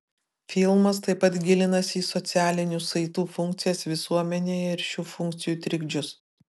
filmas taip pat gilinasi į socialinių saitų funkcijas visuomenėje ir šių funkcijų trikdžius